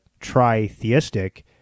tritheistic